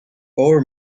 ore